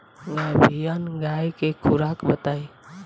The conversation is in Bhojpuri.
गाभिन गाय के खुराक बताई?